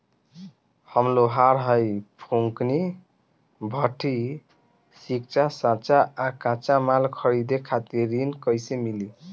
हम लोहार हईं फूंकनी भट्ठी सिंकचा सांचा आ कच्चा माल खरीदे खातिर ऋण कइसे मिली?